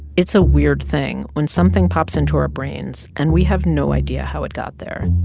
it's a weird thing when something pops into our brains and we have no idea how it got there,